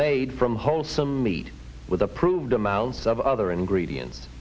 made from wholesome meat with approved amounts of other ingredients